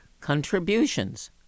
contributions